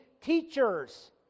teachers